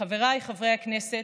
חבריי חברי הכנסת,